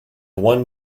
one